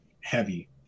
heavy